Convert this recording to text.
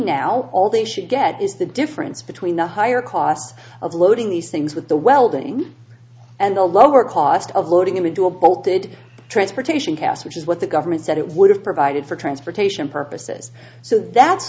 now all they should get is the difference between the higher cost of loading these things with the welding and the lower cost of loading it into a bolted transportation cast which is what the government said it would have provided for transportation purposes so that's